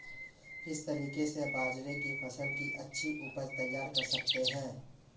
किस तरीके से बाजरे की फसल की अच्छी उपज तैयार कर सकते हैं?